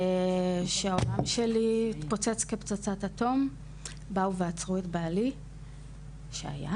שהעולם שלי התפוצץ כפצצת אטום באו ועצרו את בעלי שהיה,